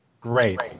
great